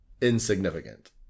insignificant